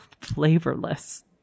flavorless